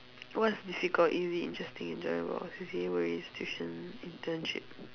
what is difficult easy interesting enjoyable C_C_A internship